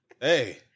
hey